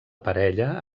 parella